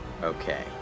Okay